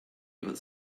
your